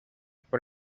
por